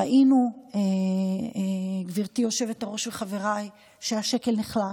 ראינו, גברתי היושבת-ראש וחבריי, שהשקל נחלש,